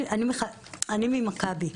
אני במכבי.